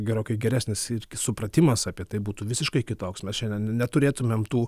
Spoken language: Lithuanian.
gerokai geresnis ir supratimas apie tai būtų visiškai kitoks mes šiandien neturėtumėm tų